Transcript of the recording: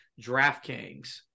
DraftKings